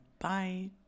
Bye